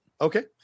okay